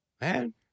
man